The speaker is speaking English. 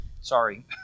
sorry